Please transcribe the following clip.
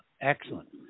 Excellent